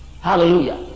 Hallelujah